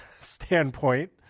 standpoint